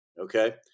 Okay